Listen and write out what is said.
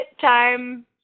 time